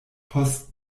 post